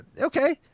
Okay